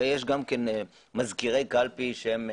הרי יש גם כן מזכירי קלפי תורנים,